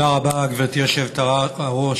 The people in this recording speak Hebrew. תודה רבה, גברתי היושבת-ראש.